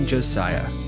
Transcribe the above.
Josiah